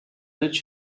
rich